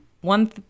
one